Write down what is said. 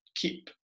keep